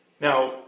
Now